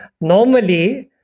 normally